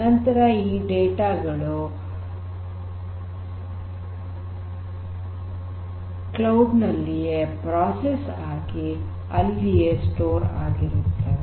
ನಂತರ ಈ ಡೇಟಾ ಗಳು ಕ್ಲೌಡ್ ನಲ್ಲಿಯೇ ಪ್ರೋಸೆಸ್ ಆಗಿ ಅಲ್ಲಿಯೇ ಸಂಗ್ರಹಣೆ ಆಗಿರುತ್ತವೆ